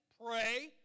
pray